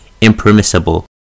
impermissible